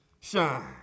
shine